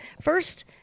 first